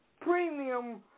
premium